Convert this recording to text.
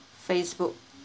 Facebook